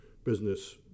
business